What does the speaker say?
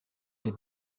the